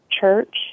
church